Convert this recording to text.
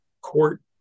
court